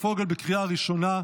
אין נגד, אין נמנעים.